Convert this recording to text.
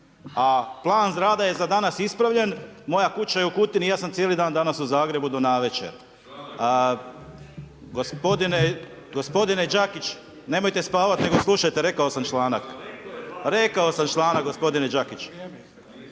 a plan rada je za danas ispravljen, moja kuća je u Kutini i ja sam cijeli dan danas u Zagrebu do navečer. G. Đakić, nemojte spavati nego slušajte, rekao sam članak, rekao sam članak g. Đakić,